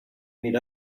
meet